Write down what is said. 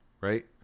right